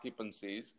occupancies